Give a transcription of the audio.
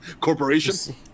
corporation